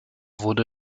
wurde